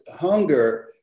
Hunger